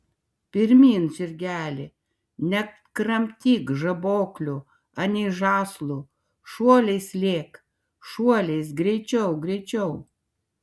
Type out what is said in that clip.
pirmyn žirgeli nekramtyk žaboklių anei žąslų šuoliais lėk šuoliais greičiau greičiau